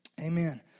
Amen